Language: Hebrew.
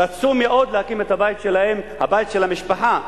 רצו מאוד להקים את הבית שלהם, הבית של המשפחה,